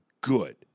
good